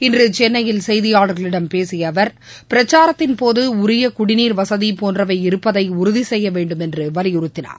இன்று சென்னையில் செய்தியாளர்களிடம் பேசிய அவர் பிரச்சாரத்தின் போது உரிய குடிநீர் வசதி போன்றவை இருப்பதை உறுதி செய்ய வேண்டும் என்றும் வலியுறுத்தினார்